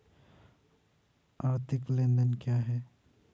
आर्थिक लेनदेन क्या है?